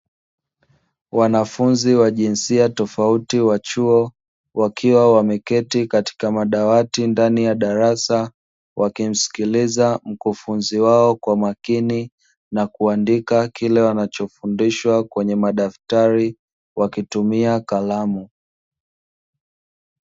Wanafunzi wa jinsia tofauti wa chuo. Wakiwa wameketi katika madawati ndani ya darasa wakimsikiliza mkufunzi wao Kwa makini, na kuandikwa kile wanachofundishwa kwenye madaftari wakitumia kalamu.